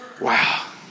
Wow